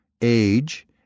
age